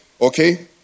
Okay